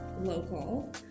local